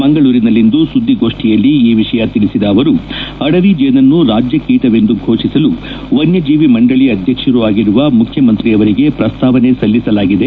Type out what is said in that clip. ಮಂಗಕೂರಿನಲ್ಲಿಂದು ಸುದ್ದಿಗೋಷ್ನಿಯಲ್ಲಿ ಈ ವಿಷಯ ತಿಳಿಸಿದ ಅವರು ಅಡವಿ ಜೇನನ್ನು ರಾಜ್ಯ ಕೀಟವನ್ನಾಗಿ ಘೋಷಿಸಲು ವನ್ನಜೀವಿ ಮಂಡಳ ಅಧ್ಯಕ್ಷರೂ ಆಗಿರುವ ಮುಖ್ಯಮಂತ್ರಿ ಅವರಿಗೆ ಪ್ರಸ್ತಾವನೆ ಸಲ್ಲಿಸಲಾಗಿದೆ